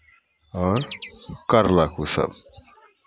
आओर करलक ओसभ